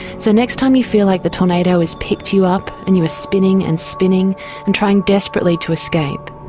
so next time you feel like the tornado has picked you up and you are spinning and spinning and trying desperately to escape,